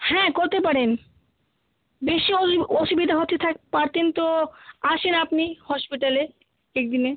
হ্যাঁ করতে পারেন বেশি অসু অসুবিধা হতে থাক পারতেন তো আসেন আপনি হসপিটালে একদিনে